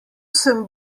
sem